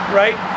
right